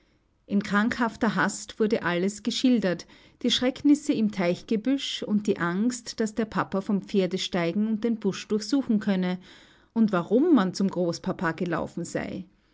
in krankhafter hast wurde alles geschildert die schrecknisse im teichgebüsch und die angst daß der papa vom pferde steigen und den busch durchsuchen könne und warum man zum großpapa gelaufen sei